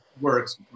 works